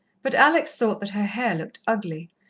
but alex thought that her hair looked ugly,